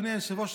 אדוני היושב-ראש,